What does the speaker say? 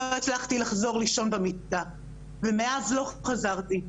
לא הצלחתי לחזור לישון במיטה ומאז לא חזרתי,